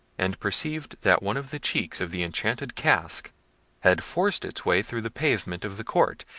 and perceived that one of the cheeks of the enchanted casque had forced its way through the pavement of the court,